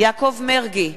יעקב מרגי,